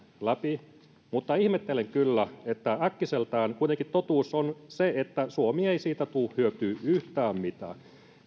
läpi mutta ihmettelen kyllä että äkkiseltään kuitenkin totuus on se että suomi ei siitä tule hyötymään yhtään mitään